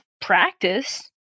practice